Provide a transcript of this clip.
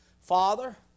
Father